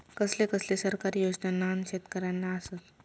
कसले कसले सरकारी योजना न्हान शेतकऱ्यांना आसत?